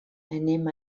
anem